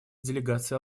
делегации